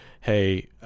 hey